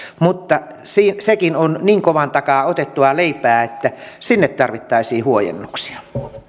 mutta sekin on niin kovan takaa otettua leipää että sinne tarvittaisiin huojennuksia